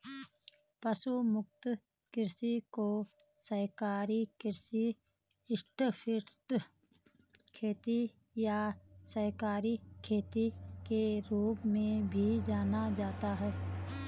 पशु मुक्त कृषि को शाकाहारी कृषि स्टॉकफ्री खेती या शाकाहारी खेती के रूप में भी जाना जाता है